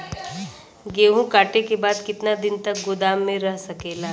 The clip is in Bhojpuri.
गेहूँ कांटे के बाद कितना दिन तक गोदाम में रह सकेला?